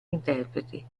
interpreti